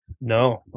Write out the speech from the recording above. No